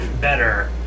better